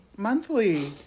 monthly